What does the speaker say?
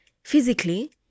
Physically